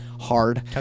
hard